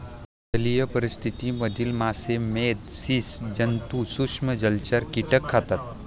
जलीय परिस्थिति मधील मासे, मेध, स्सि जन्तु, सूक्ष्म जलचर, कीटक खातात